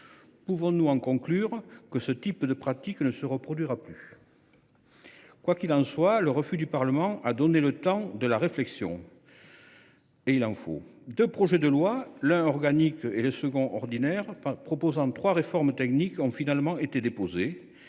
Pouvons nous en conclure que ce type de pratique ne se reproduira plus ? Quoi qu’il en soit, le refus du Parlement a donné le temps de la réflexion – il en faut. Deux projets de loi, l’un organique et le second ordinaire, proposant trois réformes techniques, ont finalement été déposés.